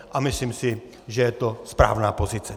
A myslím si, že je to správná pozice.